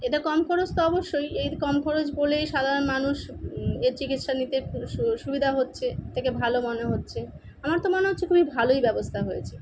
এটা কম খরচ তো অবশ্যই এই এই কম খরচ বলেই সাধারণ মানুষ এর চিকিৎসা নিতে সু সুবিধা হচ্ছে দেখে ভালো মনে হচ্ছে আমার তো মনে হচ্ছে খুবই ভালোই ব্যবস্থা হয়েছে